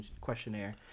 questionnaire